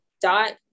dot